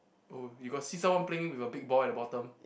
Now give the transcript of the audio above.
oh you got see someone playing with a big ball at the bottom